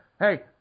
hey